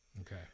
Okay